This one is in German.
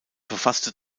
verfasste